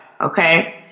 okay